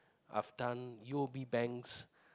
I've done U_O_B banks